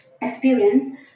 experience